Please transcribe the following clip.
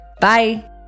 Bye